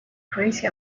crazy